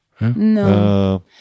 No